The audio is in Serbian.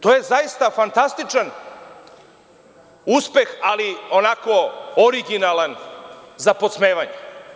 To je zaista fantastičan uspeh, ali onako originalan, za podsmevanje.